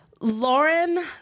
Lauren